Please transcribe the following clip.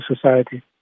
society